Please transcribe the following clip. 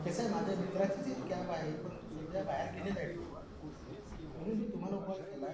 कसं आहे माझ्या मित्राचीच एक कॅब आहे परंतु सध्या बाहेर गेलेला आहे टुरवर म्हणून मी तुम्हाला कॉल केला आहे